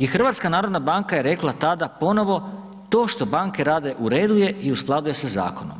I HNB je rekla tada ponovo to što banke rade u redu i u skladu je sa zakonom,